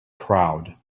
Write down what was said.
crowd